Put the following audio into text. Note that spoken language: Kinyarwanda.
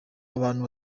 abantu